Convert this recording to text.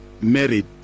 married